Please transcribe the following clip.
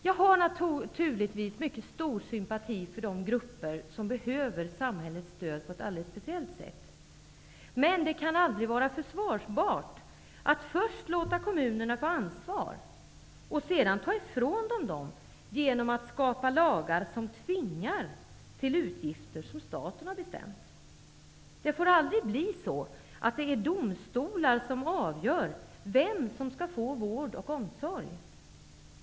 Jag känner naturligtvis mycket stor sympati för de grupper som behöver samhällets stöd på ett speciellt sätt, men det kan aldrig vara försvarbart att först låta kommunerna få ansvar och sedan ta ifrån dem detta, genom att skapa lagar som tvingar dem till utgifter som staten har bestämt. Det får aldrig bli så att det är domstolar som avgör vem som skall få vård och omsorg.